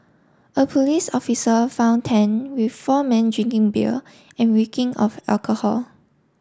a police officer found Tan with four men drinking beer and reeking of alcohol